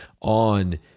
on